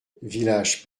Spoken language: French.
village